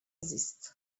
زیست